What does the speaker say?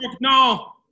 No